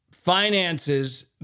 Finances